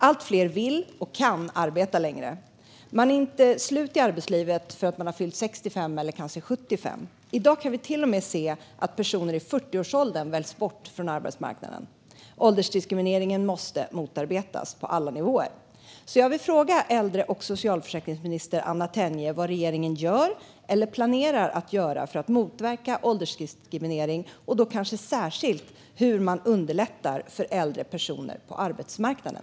Allt fler vill och kan arbeta längre. Man är inte slut i arbetslivet för att man har fyllt 65 eller kanske 75. I dag kan vi till och med se att personer i 40-årsåldern väljs bort från arbetsmarknaden. Åldersdiskrimineringen måste motarbetas på alla nivåer. Jag vill fråga äldre och socialförsäkringsminister Anna Tenje vad regeringen gör eller planerar att göra för att motverka åldersdiskriminering, och då kanske särskilt hur man underlättar för äldre personer på arbetsmarknaden.